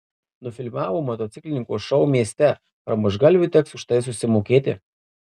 nufilmavo motociklininko šou mieste pramuštgalviui teks už tai susimokėti